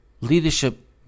Leadership